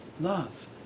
love